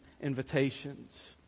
invitations